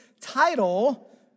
title